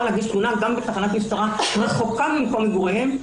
להגיש תלונה גם בתחנת משטרה הרחוקה ממקום מגוריהם,